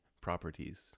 properties